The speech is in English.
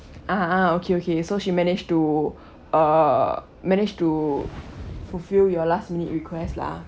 ah ah okay okay so she managed to uh managed to fulfil your last minute requests lah